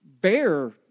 bear